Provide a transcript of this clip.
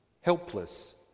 helpless